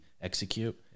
execute